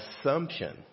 assumption